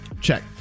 Check